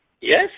Yes